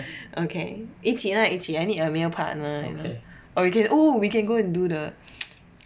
okay 一起 lah 一起 I need a male partner and all or we can !woo! we can go and do the